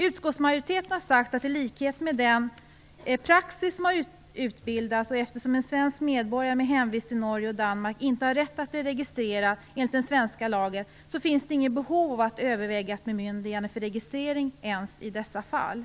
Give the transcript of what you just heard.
Utskottsmajoriteten har sagt att det, i enlighet med den praxis som har utvecklats och eftersom en svensk medborgare med hemvist i Norge eller Danmark inte har rätt att bli registrerad enligt den svenska lagen, inte finns något behov av att överväga ett bemyndigande för registrering ens i dessa fall.